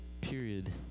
period